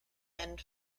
end